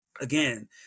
Again